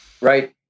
Right